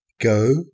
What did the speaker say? go